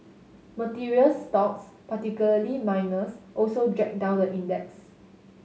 materials stocks particularly miners also dragged down the index